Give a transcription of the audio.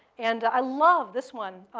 and i love this one.